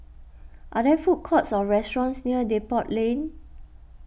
are there food courts or restaurants near Depot Lane